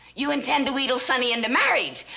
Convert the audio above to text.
you intend to wheedle sonny into marriage.